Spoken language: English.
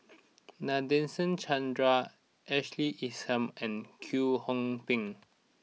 Nadasen Chandra Ashley Isham and Kwek Hong Png